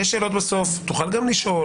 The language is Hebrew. יהיו שאלות בסוף, תוכל גם לשאול.